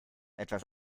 etwas